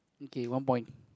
okay one point